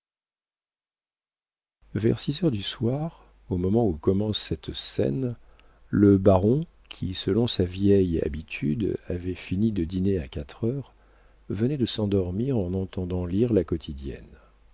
vers six heures du soir au moment où commence cette scène le baron qui selon sa vieille habitude avait fini de dîner à quatre heures venait de s'endormir en entendant lire la quotidienne